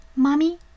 Mommy